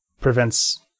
prevents